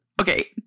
Okay